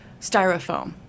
styrofoam